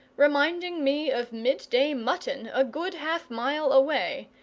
reminding me of mid-day mutton a good half-mile away,